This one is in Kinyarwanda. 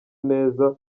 neza